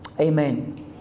amen